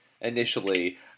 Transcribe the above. initially